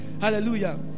Hallelujah